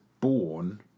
born